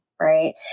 right